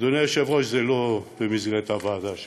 אדוני היושב-ראש, זה לא במסגרת הוועדה שלי,